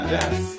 Yes